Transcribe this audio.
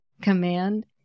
command